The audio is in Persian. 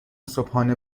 صبحانه